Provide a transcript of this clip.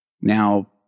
Now